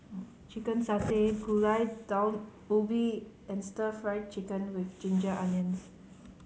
Chicken Satay Gulai Daun Ubi and Stir Fry Chicken with ginger onions